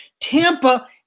Tampa